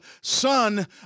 son